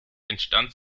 entstand